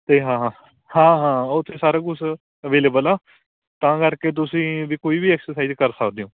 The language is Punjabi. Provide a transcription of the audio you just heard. ਅਤੇ ਹਾਂ ਹਾਂ ਹਾਂ ਹਾਂ ਉੱਥੇ ਸਾਰਾ ਕੁਛ ਅਵੇਲੇਬਲ ਆ ਤਾਂ ਕਰਕੇ ਤੁਸੀਂ ਵੀ ਕੋਈ ਵੀ ਐਕਸਰਸਾਈਜ਼ ਕਰ ਸਕਦੇ ਹੋ